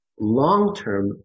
long-term